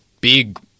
big